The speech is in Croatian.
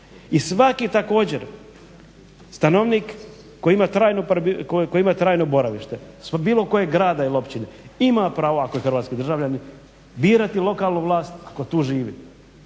I svaki također stanovnik koji ima trajno boravište ispred bilo kojeg grada ili općine ima pravo ako je hrvatski državljanin birati lokalnu vlast ako tu živi.